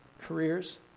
careers